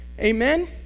Amen